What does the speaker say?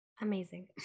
amazing